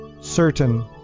certain